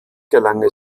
gelang